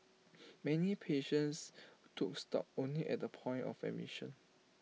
many patients took stock only at the point of admission